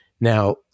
now